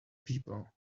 people